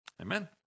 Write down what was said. Amen